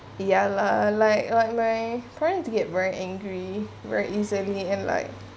ya lah like like my parents to get very angry very easily and like